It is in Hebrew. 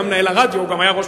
הוא היה גם ראש ממשלה,